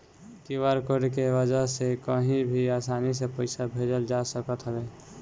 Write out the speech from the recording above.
QR code के वजह से कही भी आसानी से पईसा भेजल जा सकत हवे